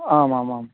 आमामाम्